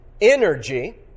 energy